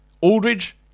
Aldridge